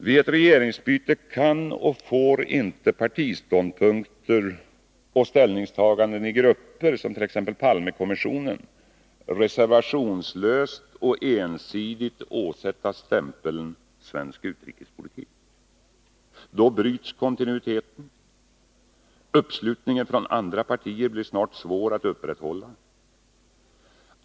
Vid ett regeringsbyte kan och får inte partiståndpunkter och ställningstaganden i grupper, t.ex. Palmekommissionen, reservationslöst och ensidigt åsättas stämpeln ”svensk utrikespolitik”. Då bryts kontinuiteten. Uppslutningen från andra partier blir snart svår att upprätthålla.